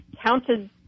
counted